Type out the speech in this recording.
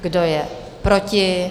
Kdo je proti?